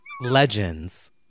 Legends